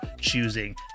choosing